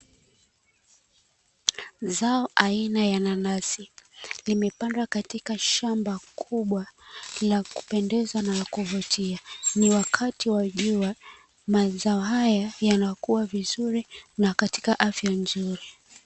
Zao aina ya nanasi limepandwa katika shamba kubwa la kupendeza na la kuvutia. Ni wakati wa jua mazao haya yanakua vizuri na katika afya nzuri.